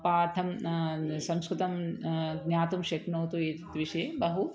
पाठं न संस्कृतं ज्ञातुं शक्नोतु एतत् विषये बहु